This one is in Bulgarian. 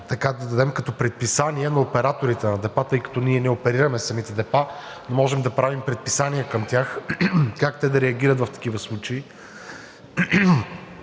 страна да дадем като предписания на операторите на депа, тъй като ние не оперираме самите депа, но можем да правим предписания към тях как те да реагират в такива случаи.